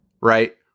right